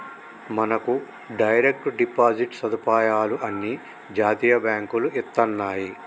మనకు direct deposit సదుపాయాలు అన్ని జాతీయ బాంకులు ఇత్తన్నాయి